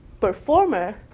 performer